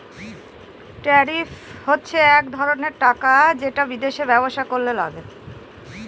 tariff হচ্ছে এক ধরনের টাকা যেটা বিদেশে ব্যবসা করলে লাগে